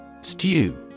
Stew